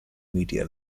media